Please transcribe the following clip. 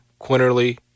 Quinterly